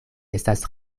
estas